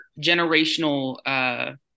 generational